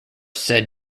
said